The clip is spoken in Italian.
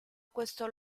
questo